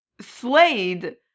Slade